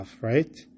right